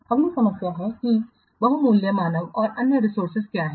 अगली समस्या यह है कि बहुमूल्य मानव और अन्य रिसोर्सेज क्या हैं